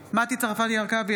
בהצבעה מטי צרפתי הרכבי,